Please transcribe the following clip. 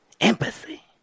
empathy